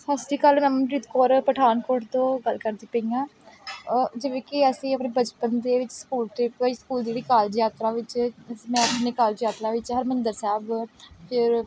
ਸਤਿ ਸ਼੍ਰੀ ਅਕਾਲ ਰਮਨਪ੍ਰੀਤ ਕੌਰ ਪਠਾਨਕੋਟ ਤੋਂ ਗੱਲ ਕਰਦੀ ਪਈ ਹਾਂ ਜਿਵੇਂ ਕਿ ਅਸੀਂ ਆਪਣੇ ਬਚਪਨ ਦੇ ਵਿੱਚ ਸਕੂਲ ਟਰਿਪ ਅਸੀਂ ਸਕੂਲ ਜਿਹੜੀ ਕਾਲਜ ਯਾਤਰਾ ਵਿੱਚ ਅਸੀਂ ਮੈਂ ਆਪਣੇ ਕਾਲਜ ਯਾਤਰਾ ਵਿੱਚ ਹਰਿਮੰਦਰ ਸਾਹਿਬ ਫਿਰ